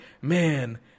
man